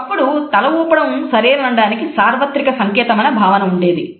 ఒకప్పుడు తల ఊపడం సరేననడానికి సార్వత్రిక సంకేతమని భావన ఉండేది